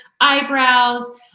eyebrows